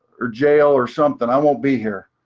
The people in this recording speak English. or jail, or something. i won't be here.